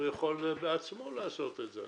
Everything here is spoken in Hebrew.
הוא יכול בעצמו לעשות את זה.